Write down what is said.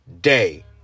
day